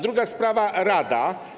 Druga sprawa - rada.